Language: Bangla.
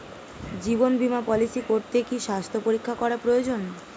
জীবন বীমা পলিসি করতে কি স্বাস্থ্য পরীক্ষা করা প্রয়োজন?